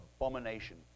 abomination